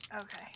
Okay